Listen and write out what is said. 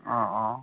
অঁ অঁ